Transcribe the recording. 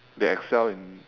they excel in